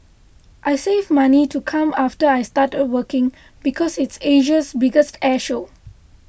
I saved money to come after I started working because it's Asia's biggest air show